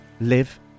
live